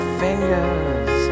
fingers